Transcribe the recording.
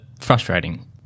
frustrating